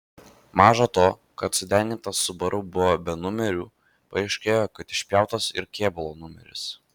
maža to kad sudegintas subaru buvo be numerių paaiškėjo kad išpjautas ir kėbulo numeris